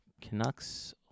Canucks